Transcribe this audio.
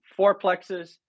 fourplexes